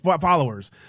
followers